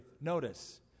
Notice